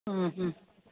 ആ മ്മ്